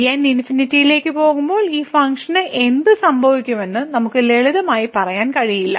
n ലേക്ക് പോകുമ്പോൾ ഈ ഫങ്ക്ഷന് എന്ത് സംഭവിക്കുമെന്ന് നമുക്ക് ലളിതമായി പറയാൻ കഴിയില്ല